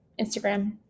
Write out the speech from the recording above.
Instagram